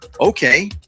Okay